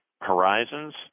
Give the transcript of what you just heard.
horizons